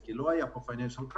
כי לא היה פה משבר כלכלי.